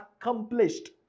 accomplished